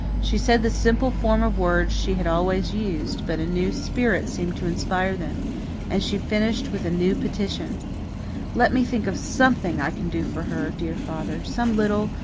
she said the simple form of words she had always used but a new spirit seemed to inspire them and she finished with a new petition let me think of something i can do for her, dear father some little,